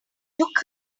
took